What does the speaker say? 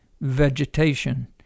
vegetation